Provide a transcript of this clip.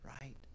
right